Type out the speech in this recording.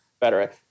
better